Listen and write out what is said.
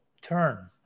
turn